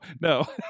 No